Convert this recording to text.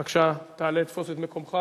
בבקשה, תעלה, תפוס את מקומך.